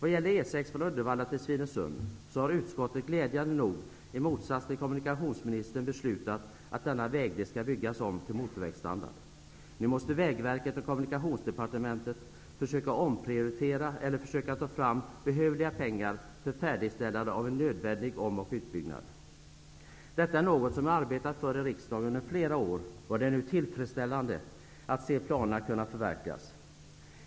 Vad gäller E 6 från Uddevalla till Svinesund har utskottet, i motsats till kommunikationsministern, glädjande nog beslutat att denna vägdel skall byggas om till motorvägsstandard. Nu måste Vägverket och Kommunikationsdepartementet försöka omprioritera eller ta fram behövliga pengar för färdigställandet av en nödvändig om och utbyggnad. Detta är något som jag har arbetat för i riksdagen under flera år, och det är nu tillfredsställande att se planerna förverkligas.